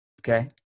okay